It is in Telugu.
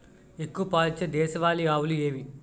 ఎక్కువ పాలు ఇచ్చే దేశవాళీ ఆవులు ఏవి?